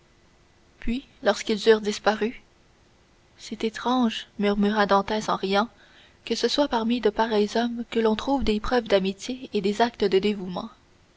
puis lorsqu'ils eurent disparu c'est étrange murmura dantès en riant que ce soit parmi de pareils hommes que l'on trouve des preuves d'amitié et des actes de dévouement